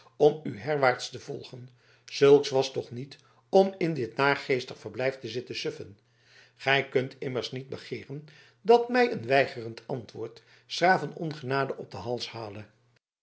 om u herwaarts te volgen zulks was toch niet om in dit naargeestig verblijf te zitten suffen gij kunt immers niet begeeren dat mij een weigerend antwoord s graven ongenade op den hals hale